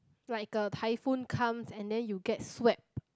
like a typhoon comes and then you get swept